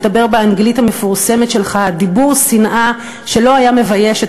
מדבר באנגלית המפורסמת שלך דיבור שנאה שלא היה מבייש את